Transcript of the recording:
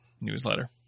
newsletter